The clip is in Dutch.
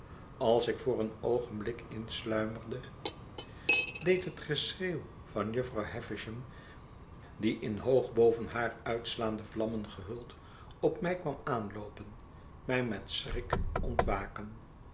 als ik voor een oogenblik insluimerde deed het geschreeuw van jufvrouw havisham die in hoogboven haar uitslaande vlammen gehu ld op mij kwam aanloopen mij met schrik ontwaken